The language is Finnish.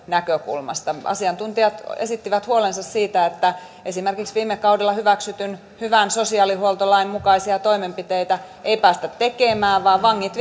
näkökulmasta asiantuntijat esittivät huolensa siitä että esimerkiksi viime kaudella hyväksytyn hyvän sosiaalihuoltolain mukaisia toimenpiteitä ei päästä tekemään vaan vangit